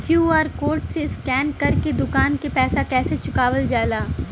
QR code से scan कर के दुकान के पैसा कैसे चुकावल जाला?